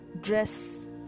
dress